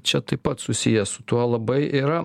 čia taip pat susiję su tuo labai yra